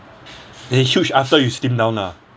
huge after you slim down lah